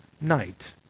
night